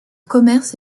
commerce